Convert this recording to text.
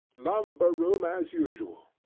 lumber-room as usual.